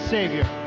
Savior